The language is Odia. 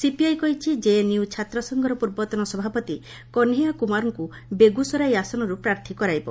ସିପିଆଇ କହିଛି ଜେଏନୟୁ ଛାତ୍ର ସଂଘର ପୂର୍ବତନ ସଭାପତି କହେୟା କୁମାରଙ୍କୁ ବେଗୁସରାଇ ଆସନରୁ ପ୍ରାର୍ଥୀ କରାଇବ